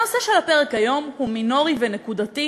הנושא שעל הפרק היום הוא מינורי ונקודתי,